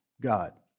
God